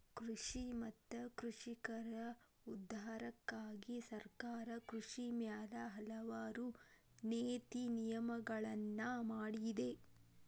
ಕೃಷಿ ಮತ್ತ ಕೃಷಿಕರ ಉದ್ಧಾರಕ್ಕಾಗಿ ಸರ್ಕಾರ ಕೃಷಿ ಮ್ಯಾಲ ಹಲವಾರು ನೇತಿ ನಿಯಮಗಳನ್ನಾ ಮಾಡಿದೆ